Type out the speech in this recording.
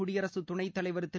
குடியரசுத் துணைத் தலைவர் திரு